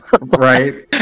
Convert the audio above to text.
Right